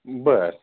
बरं